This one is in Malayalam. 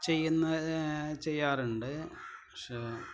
ചെയ്യുന്നത് ചെയ്യാറുണ്ട് പക്ഷെ